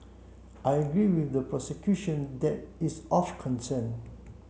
I agree with the prosecution that is of concern